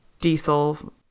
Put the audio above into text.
diesel